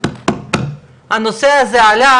הלכתי איתך,